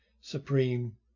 supreme